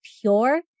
pure